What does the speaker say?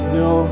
no